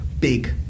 big